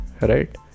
right